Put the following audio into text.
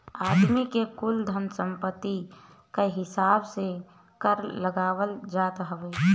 आदमी के कुल धन सम्पत्ति कअ हिसाब से कर लगावल जात हवे